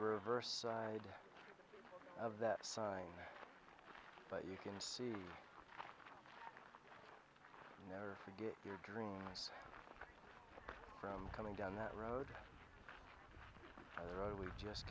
reverse side of that sign but you can see you never forget your dreams from coming down that road the road we just